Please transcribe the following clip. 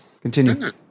Continue